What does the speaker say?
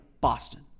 Boston